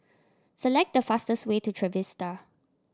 select the fastest way to Trevista